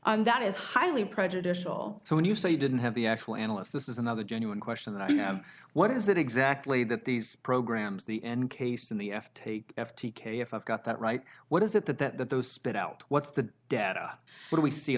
and that is highly prejudicial so when you say you didn't have the actual analysts this is another genuine question that i have what is it exactly that these programs the encased in the f take f t k if i've got that right what is it that that that those spit out what's the data what we see